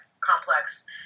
complex